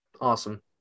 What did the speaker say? Awesome